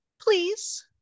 please